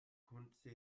kunze